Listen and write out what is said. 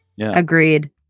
Agreed